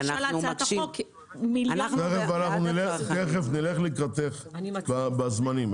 תכף נלך לקראתם בזמנים.